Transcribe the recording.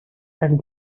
and